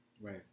right